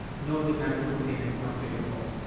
no demand for payment once they default?